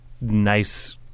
nice